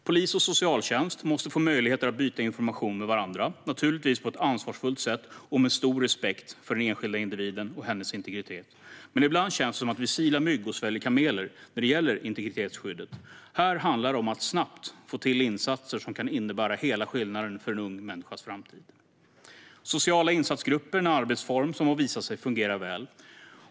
Polis och socialtjänst måste få möjligheter att byta information med varandra, naturligtvis på ett ansvarsfullt sätt och med stor respekt för den enskilda individen och hennes integritet, men ibland känns det som att vi silar mygg och sväljer kameler när det gäller integritetsskyddet. Här handlar det om att snabbt få till insatser som kan innebära hela skillnaden för en ung människas framtid. Sociala insatsgrupper är en arbetsform som har visat sig fungera väl.